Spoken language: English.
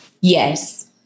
Yes